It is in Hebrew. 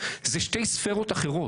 אלה שתי ספרות אחרות.